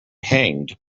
hanged